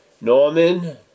Norman